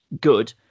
good